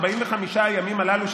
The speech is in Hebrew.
45 ימים הללו,